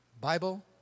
Bible